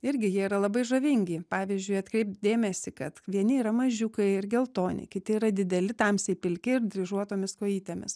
irgi jie yra labai žavingi pavyzdžiui atkreipt dėmesį kad vieni yra mažiukai ir geltoni kiti yra dideli tamsiai pilki ir dryžuotomis kojytėmis